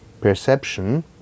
perception